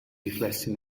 riflessi